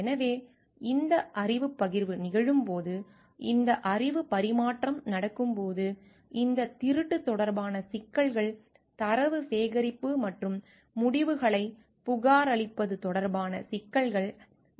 எனவே இந்த அறிவுப் பகிர்வு நிகழும்போது இந்த அறிவுப் பரிமாற்றம் நடக்கும்போது இந்தத் திருட்டு தொடர்பான சிக்கல்கள் தரவு சேகரிப்பு மற்றும் முடிவுகளைப் புகாரளிப்பது தொடர்பான சிக்கல்கள் முக்கியமானதாகிறது